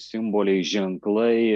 simboliai ženklai